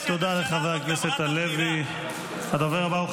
גם אתה יודע שהממשלה הזו גמרה את